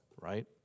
right